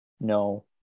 No